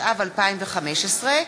התשע"ו,2015,